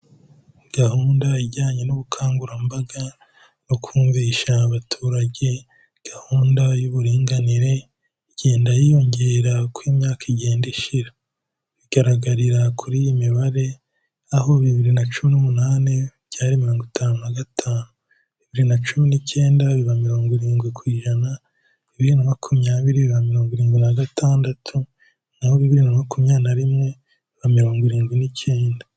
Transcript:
Gahunda ijyanye n'ubukangurambaga no kumvisha abaturage gahunda y'uburinganire, igenda yiyongera uko imyaka igenda ishira. Bigaragarira kuri iyi mibare, aho bibiri na cumi n'umunani byari mirongo itanu na gatanu. Bibiri na cumi n'icyenda biba mirongo irindwi ku ijana, bibiri na makumyabiri biba mirongo irindwi na gatandatu, naho bibiri makumyabiri na rimwe biba mirongo irindwi n'icyenda.